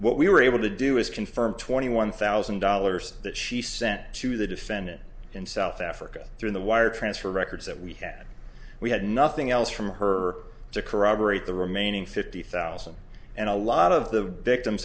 what we were able to do is confirm twenty one thousand dollars that she sent to the defendant in south africa through the wire transfer records that we had we had nothing else from her to corroborate the remaining fifty thousand and a lot of the victims